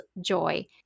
joy